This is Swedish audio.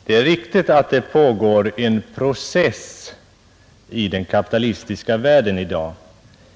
Herr talman! Det är riktigt att i den kapitalistiska världen i dag pågår